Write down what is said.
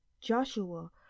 Joshua